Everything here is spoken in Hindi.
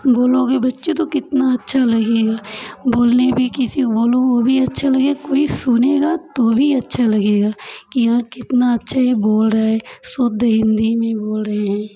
बोलोगे बच्चों तो कितना अच्छा लगेगा बोलने में किसी को बोलो वो भी अच्छा लगेगा कोई सुनेगा तो भी अच्छा लगेगा कि हाँ कितना अच्छा ये बोल रहा है शुद्ध हिंदी में बोल रहे हैं